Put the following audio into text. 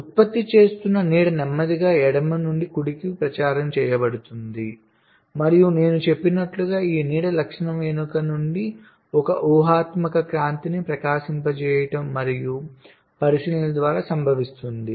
ఉత్పత్తి చేస్తున్న నీడ నెమ్మదిగా ఎడమ నుండి కుడికి ప్రచారం చేయబడుతుంది మరియు నేను చెప్పినట్లుగా ఈ నీడ లక్షణం వెనుక నుండి ఒక ఊహాత్మక కాంతిని ప్రకాశింపజేయడం మరియు పరిశీలన ద్వారా సంభవిస్తుంది